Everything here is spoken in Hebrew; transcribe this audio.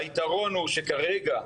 הייתרון הוא שכרגע,